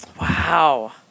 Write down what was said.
wow